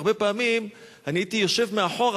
הרבה פעמים אני הייתי יושב מאחורה,